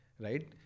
right